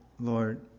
Lord